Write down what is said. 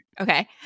Okay